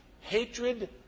hatred